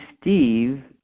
Steve